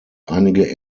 einige